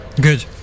Good